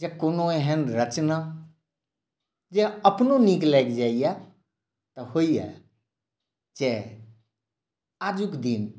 जे कोनो एहन रचना जे अपनो नीक लागि जाइए तऽ होइए जे आजुक दिन